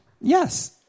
Yes